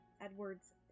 Edwards